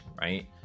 right